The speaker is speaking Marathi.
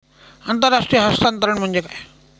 आंतरराष्ट्रीय हस्तांतरण म्हणजे काय?